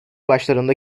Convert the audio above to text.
başlarında